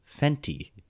Fenty